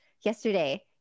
yesterday